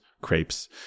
crepes